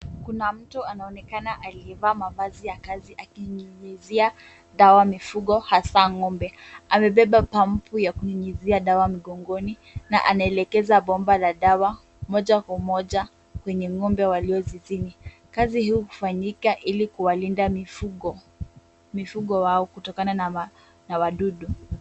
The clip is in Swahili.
Kuna mtu anaonekana aliyevaa mavazi ya kazi akinyunyuzia dawa mifugo hasa ng'ombe. Amebeba pampu ya kunyunyizia dawa mgongoni na anaelekeza bomba la dawa moja kwa moja kwenye ng'ombe waliozizini. Kazi hii hufanyika ili kuwalinda mifugo, mifugo wao kutokana na wadudu.